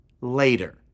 later